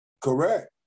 Correct